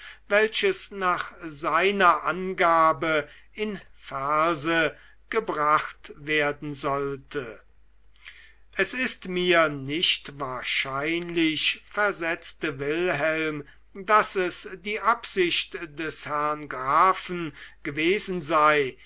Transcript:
welches nach seiner angabe in verse gebracht werden sollte es ist mir nicht wahrscheinlich versetzte wilhelm daß es die absicht des herrn grafen gewesen sei